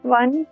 one